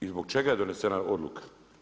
I zbog čega je donesena odluka?